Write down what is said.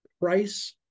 price